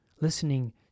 listening